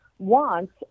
wants